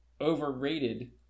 overrated